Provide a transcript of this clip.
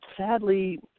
Sadly